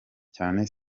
cyane